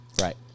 Right